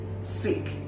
sick